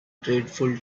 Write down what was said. dreadful